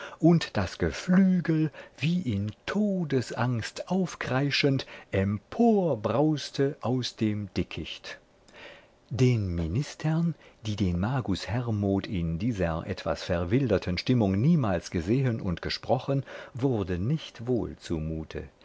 und das geflügel wie in todesangst aufkreischend emporbrauste aus dem dickicht den ministern die den magus hermod in dieser etwas verwilderten stimmung niemals gesehen und gesprochen wurde nicht wohl zumute